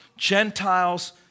Gentiles